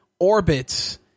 orbits